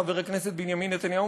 חבר הכנסת בנימין נתניהו,